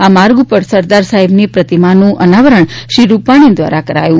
આ માર્ગ ઉપર સરદાર સાહેબની પ્રતિમાનું અનાવરણ શ્રી રૂપાણી દ્વારા કરાયું